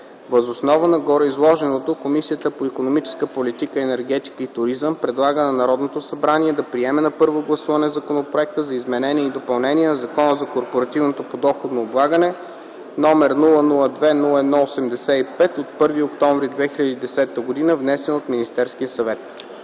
Въз основа на гореизложеното Комисията по икономическата политика, енергетика и туризъм предлага на Народното събрание да приеме на първо гласуване Законопроекта за изменение и допълнение на Закона за корпоративното подоходно облагане, № 002-01-85/01.10.2010 г., внесен от Министерския съвет”.